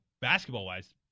basketball-wise